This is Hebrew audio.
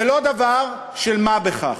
זה לא דבר של מה בכך.